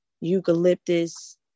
eucalyptus